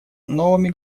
новыми